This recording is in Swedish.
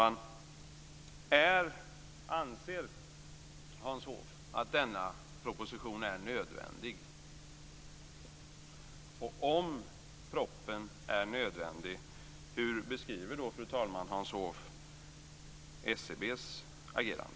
Anser Hans Hoff att denna proposition är nödvändig? Hur beskriver Hans Hoff SCB:s agerande om propositionen är nödvändig?